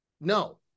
No